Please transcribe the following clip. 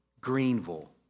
Greenville